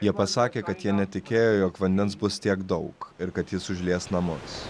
jie pasakė kad jie netikėjo jog vandens bus tiek daug ir kad jis užlies namus